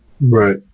Right